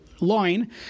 line